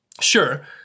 Sure